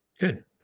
Good